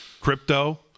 crypto